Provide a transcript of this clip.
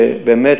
שבאמת,